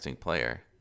player